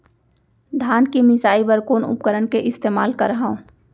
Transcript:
धान के मिसाई बर कोन उपकरण के इस्तेमाल करहव?